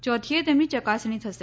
યોથીએ તેમની ચકાસણી થશે